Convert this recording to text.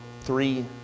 three